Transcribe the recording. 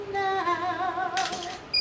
now